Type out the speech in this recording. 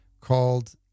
called